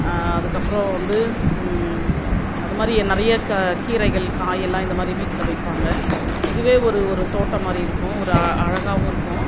அதுக்கப்புறம் வந்து அது மாதிரி நிறைய கா கீரைகள் காய் எல்லாம் இது மாதிரி வீட்டில் வைப்பாங்க இதுவே ஒரு ஒரு தோட்டம் மாதிரி இருக்கும் ஒரு அழகாகவும் இருக்கும்